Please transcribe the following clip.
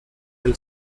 del